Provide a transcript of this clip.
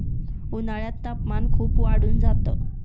उन्हाळ्यात तापमान खूप वाढून जात